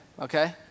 okay